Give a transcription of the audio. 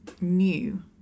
new